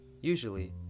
Usually